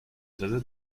does